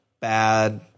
bad